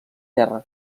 terra